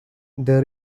they